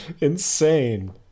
insane